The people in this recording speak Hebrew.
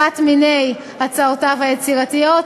אחת מני הצעותיו היצירתיות,